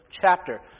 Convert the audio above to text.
chapter